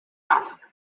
asked